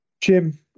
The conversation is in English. jim